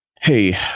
hey